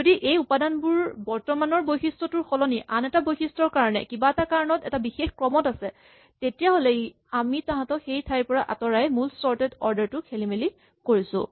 যদি এই উপাদানবোৰ বৰ্তমানৰ বৈশিষ্টটোৰ সলনি আন এটা বৈশিষ্টৰ কাৰণে কিবা এটা কাৰণত এটা বিশেষ ক্ৰমত আছে তেতিয়াহ'লে আমি তাহাঁতক সেই ঠাইৰ পৰা আঁতৰাই মূল চৰ্টেড অৰ্ডাৰ টো খেলিমেলি কৰিছো